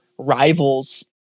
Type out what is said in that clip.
Rivals